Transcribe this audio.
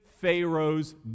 Pharaoh's